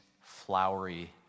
flowery